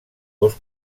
dos